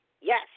Yes